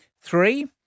Three